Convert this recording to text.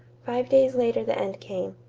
five days later the end came.